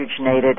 hydrogenated